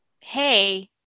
hey